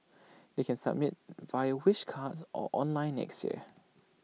they can submit via wish cards or online next year